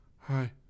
hi